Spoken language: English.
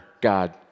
God